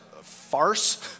farce